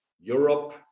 Europe